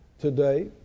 today